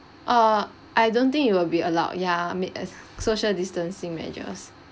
uh I don't think it will be allowed ya may uh social distancing measures